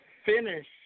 Finish